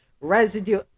residue